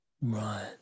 Right